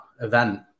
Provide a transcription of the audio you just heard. event